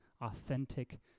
authentic